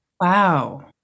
Wow